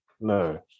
no